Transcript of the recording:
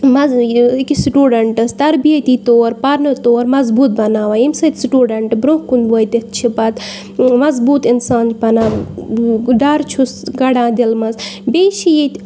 مزٕ یہِ أکِس سٹوٗڈنٛٹَس تربیتٲتی طور پَرنہٕ طور مضبوٗط بَناوان ییٚمہِ سۭتۍ سٹوٗڈَنٹ برونٛہہ کُن وٲتِتھ چھِ پَتہٕ مضبوٗط اِنسان بَنا ڈَر چھُس کَڑان دِلہٕ منٛزٕ بیٚیہِ چھِ ییٚتہِ